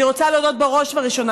אני רוצה להודות בראש וראשונה,